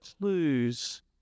clues